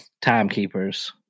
Timekeepers